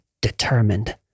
determined